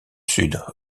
sud